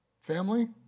Family